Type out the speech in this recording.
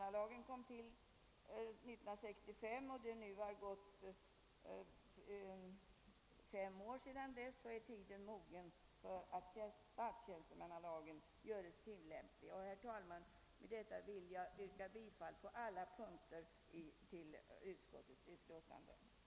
till 1965 och det nu har gått fem år sedan dess anser utskottet liksom Kungl. Maj:t, att tiden är mogen för att statstjänstemannalagens bestämmelser görs tillämpliga även på den kategori det här är fråga om. Herr talman! Med dessa ord vill jag yrka bifall till utskottets hemställan på alla punkter.